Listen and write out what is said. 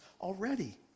already